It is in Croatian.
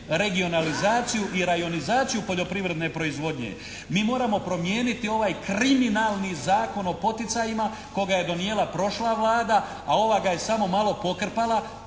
regionalizaciju i rajonizaciju poljoprivredne proizvodnje. Mi moramo promijeniti ovaj kriminalni Zakon o poticajima koga je donijela prošla Vlada, a ova ga je samo malo pokrpala.